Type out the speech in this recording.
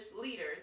leaders